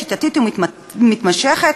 שיטתית ומתמשכת